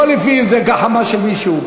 לא לפי איזו גחמה של מישהו.